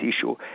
issue